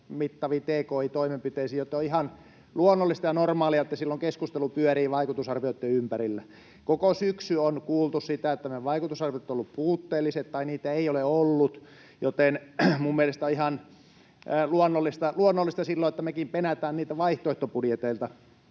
mittaviin tki-toimenpiteisiin, joten on ihan luonnollista ja normaalia, että silloin keskustelu pyörii vaikutusarvioitten ympärillä. Koko syksy on kuultu sitä, että meidän vaikutusarviomme ovat olleet puutteelliset tai niitä ei ole ollut, joten minun mielestäni on ihan luonnollista silloin, että mekin penätään niitä vaihtoehtobudjeteilta.